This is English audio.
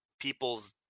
people's